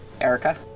Erica